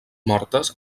mortes